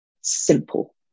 simple